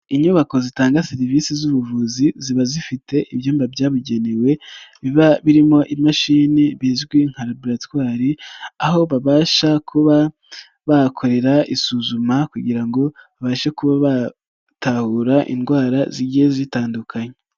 Inyubako zitanga serivisi z'ubuvuzi ziba zifite ibyumba byabugenewe biba birimo imashini bizwi nka laboratwari aho babasha kuba bahakorera isuzuma kugira ngo babashe kuba batahura indwara zigiye zitandukanyekanya.